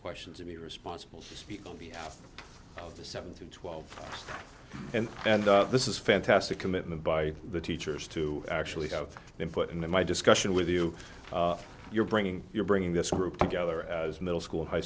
questions or be responsible to speak on behalf of the seven through twelve and this is fantastic commitment by the teachers to actually have input into my discussion with you you're bringing you're bringing this group together as middle school high